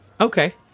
Okay